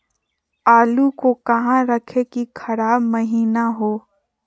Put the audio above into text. आलू को कहां रखे की खराब महिना हो?